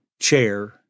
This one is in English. chair